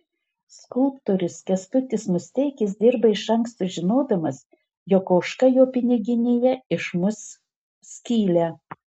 skulptorius kęstutis musteikis dirba iš anksto žinodamas jog ožka jo piniginėje išmuš skylę